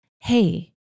Hey